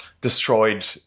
destroyed